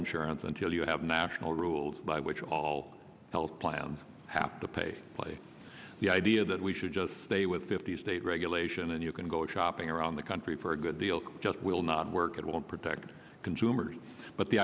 insurance until you have national rules by which all health plans have to pay play the idea that we should just stay with fifty state regulation and you can go shopping around the country for a good deal just will not work it will protect consumers but the